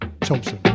Thompson